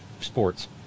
sports